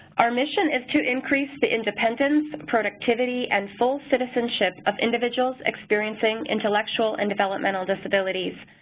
our mission is to increase the independence, productivity and full citizenship of individuals experiencing intellectual and developmental disabilities.